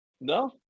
no